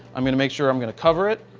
i'm going to make sure i'm going to cover it.